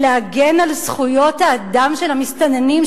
"להגן על זכויות האדם של המסתננים",